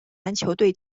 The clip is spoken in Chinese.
篮球队